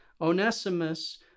Onesimus